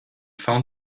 found